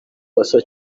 basa